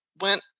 went